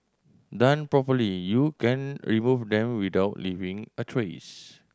done properly you can remove them without leaving a trace